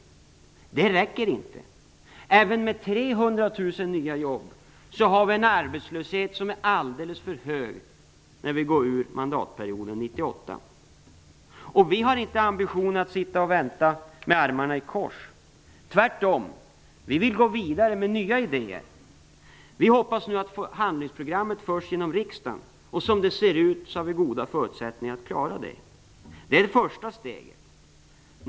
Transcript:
Men det räcker inte! Även med 300 000 nya jobb är arbetslösheten alldeles för hög när vi går ur mandatperioden 1998. Vi har inte ambitionen att sitta och vänta med armarna i kors. Tvärtom! Vi vill gå vidare med nya idéer. Vi hoppas nu att få handlingsprogrammet genom riksdagen. Som det ser ut har vi goda förutsättningar att klara det. Det är det första steget.